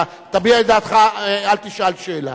אתה תביע את דעתך, אל תשאל שאלה.